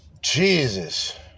Jesus